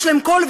יש להם קול,